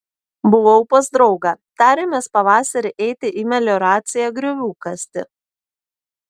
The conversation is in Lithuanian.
buvau pas draugą tarėmės pavasarį eiti į melioraciją griovių kasti